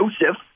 Joseph